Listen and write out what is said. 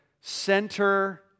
center